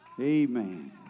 Amen